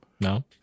No